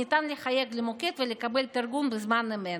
ניתן לחייג למוקד ולקבל תרגום בזמן אמת,